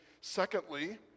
secondly